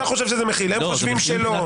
אתה חושב שזה מכיל, והם חושבים שלא.